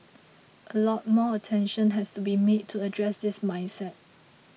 a lot more attention has to be made to address this mindset